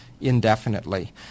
indefinitely